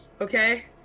Okay